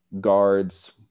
guards